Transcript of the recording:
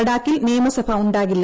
ലഡാക്കിൽ നിയമസഭ ഉണ്ടാകില്ല